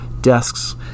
desks